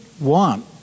want